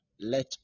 Let